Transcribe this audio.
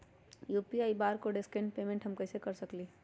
UPI barcode scan payment हम कईसे कर सकली ह?